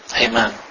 Amen